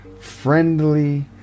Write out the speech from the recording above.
friendly